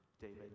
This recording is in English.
David